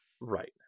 Right